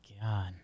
God